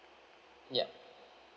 yup